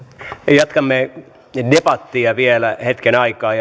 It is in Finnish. jatkamme debattia vielä hetken aikaa